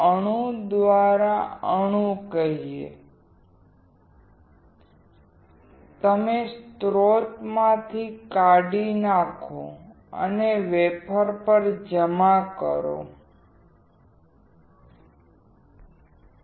અણુ દ્વારા અણુ તમે વાસ્તવમાં વેફર પર જમા કરો છો